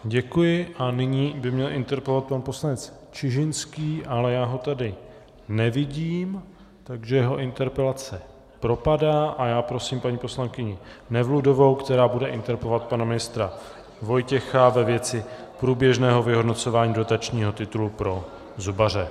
Děkuji a nyní by měl interpelovat pan poslanec Čižinský, ale já ho tady nevidím, takže jeho interpelace propadá a já prosím paní poslankyni Nevludovou, která bude interpelovat pana ministra Vojtěcha ve věci průběžného vyhodnocování dotačního titulu pro zubaře.